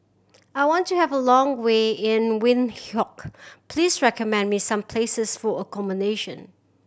I want to have a long way in Windhoek please recommend me some places for accommodation